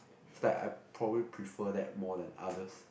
is like I probably prefer that more than others